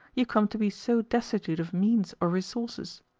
you come to be so destitute of means or resources.